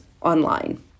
online